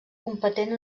competent